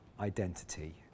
identity